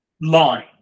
line